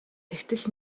тэгтэл